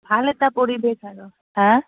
ভাল এটা পৰিৱেশ আৰু হা